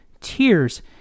tears